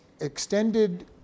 extended